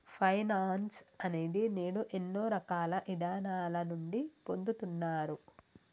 finance అనేది నేడు ఎన్నో రకాల ఇదానాల నుండి పొందుతున్నారు